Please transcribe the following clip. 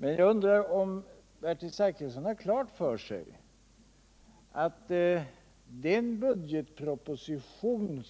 Men jag undrar om Bertil Zachrisson har klart för sig att den budgetproposition,